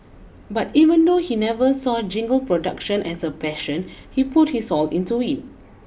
but even though he never saw jingle production as a passion he put his all into it